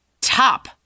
top